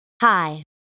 Hi